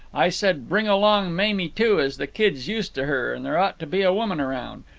i said bring along mamie, too, as the kid's used to her and there ought to be a woman around.